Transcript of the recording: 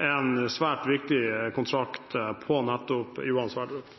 en svært viktig kontrakt på nettopp Johan Sverdrup.